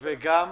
וגם